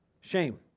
shame